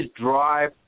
drive